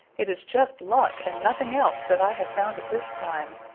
it is just luck and nothing else that i have found it this time.